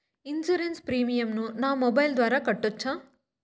Insurance premium ను నా mobile ద్వారా కట్టొచ్చా?